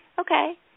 Okay